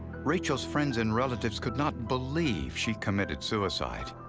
rachel's friends and relatives could not believe she committed suicide.